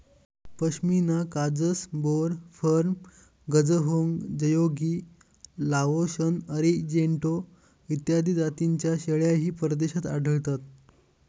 पश्मिना काजस, बोर, फर्म, गझहोंग, जयोगी, लाओशन, अरिजेंटो इत्यादी जातींच्या शेळ्याही परदेशात आढळतात